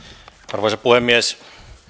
arvoisa puhemies